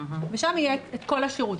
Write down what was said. ושם יהיה את כל השירות.